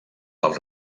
del